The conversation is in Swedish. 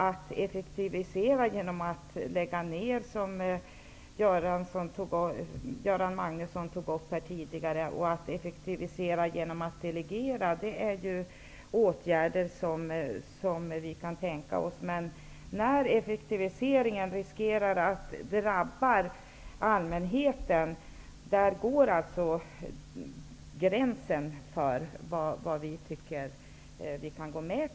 Att effektivisera genom att lägga ned, som Göran Magnusson var inne på tidigare, och att effektivisera genom att delegera är åtgärder som vi kan tänka oss. Gränsen för vad vi kan gå med på går där effektiviseringen riskerar att drabba allmänheten.